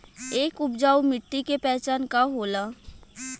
एक उपजाऊ मिट्टी के पहचान का होला?